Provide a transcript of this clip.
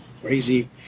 crazy